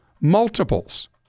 multiples